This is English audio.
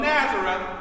Nazareth